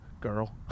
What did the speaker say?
Girl